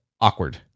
awkward